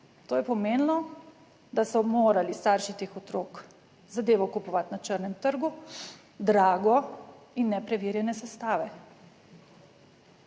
To je pomenilo, da so morali starši teh otrok zadevo kupovati na črnem trgu, drago in nepreverjene sestave.